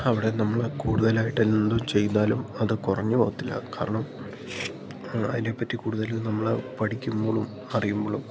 അവിടെ നമ്മൾ കൂടുതലായിട്ട് എന്തു ചെയ്താലും അത് കുറഞ്ഞു പോവത്തില്ല കാരണം അതിനെപ്പറ്റി കൂടുതൽ നമ്മൾ പടിക്കുമ്പോളും അറിയുമ്പോളും